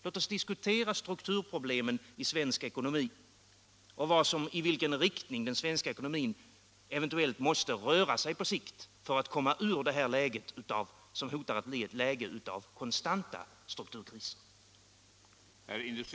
Låt oss diskutera strukturproblemen i svensk eko 207 men inom svenskt produktionsliv nomi och i vilken riktning den svenska ekonomin eventuellt måste röra sig på sikt för att komma ur den här situationen, som hotar att bli ett läge med konstanta strukturkriser.